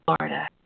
Florida